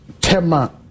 Tema